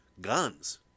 guns